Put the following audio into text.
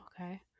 okay